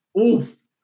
Oof